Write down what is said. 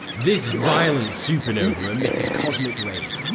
this violent supernova emitted cosmic rays,